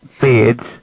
beards